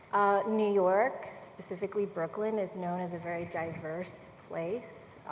new york, specifically brooklyn is known as a very diverse place.